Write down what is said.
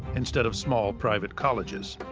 instead of small, private colleges,